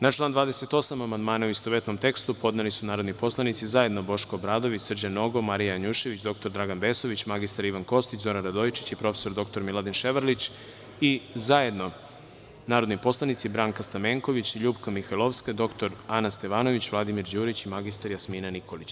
Na član 28. amandmane, u istovetnom tekstu, podneli su narodni poslanici Boško Obradović, Srđan Nogo, Marija Janjušević, dr Dragan Vesović, mr Ivan Kostić, Zoran Radojičić i prof. dr Miladin Ševarlić i zajedno Branka Stamenković, LJupka Mihajloviska, dr Ana Stevanović, Vladimir Đurić i mr Jasmina Nikolić.